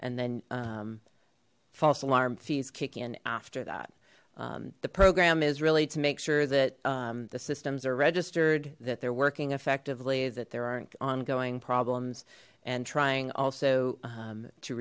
and then false alarm fees kick in after that the program is really to make sure that the systems are registered that they're working effectively that there aren't ongoing problems and trying also